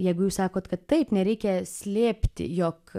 jeigu jūs sakot kad taip nereikia slėpti jog